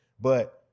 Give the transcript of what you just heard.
but-